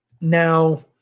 now